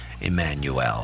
Emmanuel